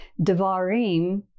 Devarim